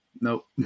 Nope